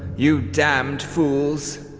you damned fools.